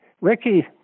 Ricky